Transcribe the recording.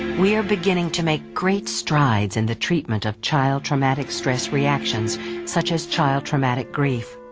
we are beginning to make great strides in the treatment of child traumatic stress reactions such as child traumatic grief.